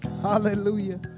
Hallelujah